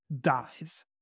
dies